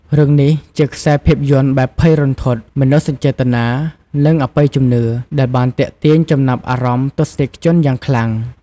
រឿងនេះជាខ្សែភាពយន្តបែបភ័យរន្ធត់ មនោសញ្ចេតនា និងអបិយជំនឿ ដែលបានទាក់ទាញចំណាប់អារម្មណ៍ទស្សនិកជនយ៉ាងខ្លាំង ។